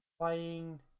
playing